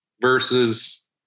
versus